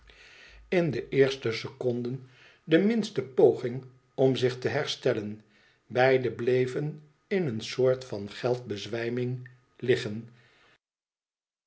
wcdkrzudschb vribnd eerste seconden de minste poging om zich te herstellen beiden bleven in een soort van geldbezwijming liggen